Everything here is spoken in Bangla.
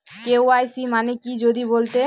কে.ওয়াই.সি মানে কি যদি বলতেন?